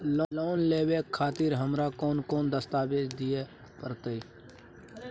Loan लेवे खातिर हमरा कोन कौन दस्तावेज दिय परतै?